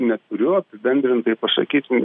neturiu apibendrintai pasakyti